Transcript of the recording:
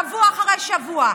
שבוע אחרי שבוע,